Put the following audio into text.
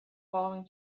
following